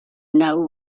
know